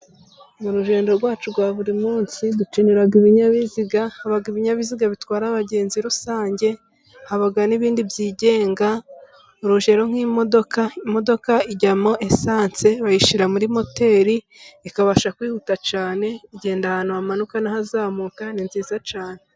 Mu rugendo rwacu rwa buri munsi, dukenera ibinyabiziga, haba ibinyabiziga bitwara abagenzi rusange, haba n'ibindi byigenga, urugero nk'imodoka, imodoka ijyamo esanse, bayishyira muri moteri ikabasha kwihuta cyane, igenda ahantu hamanuka n'ahazamuka, ni nziza cyane.